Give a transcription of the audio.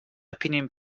opinion